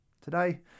Today